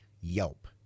Yelp